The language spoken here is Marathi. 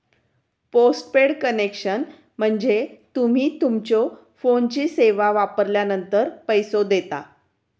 पोस्टपेड कनेक्शन म्हणजे तुम्ही तुमच्यो फोनची सेवा वापरलानंतर पैसो देता